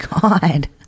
god